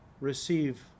receive